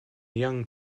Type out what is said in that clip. young